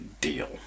deal